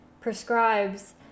prescribes